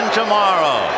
tomorrow